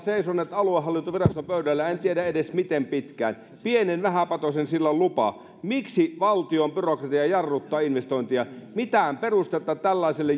seisoneet aluehallintoviraston pöydällä en tiedä edes miten pitkään pienen vähäpätöisen sillan lupa miksi valtion byrokratia jarruttaa investointia mitään perustetta tällaiselle